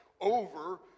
over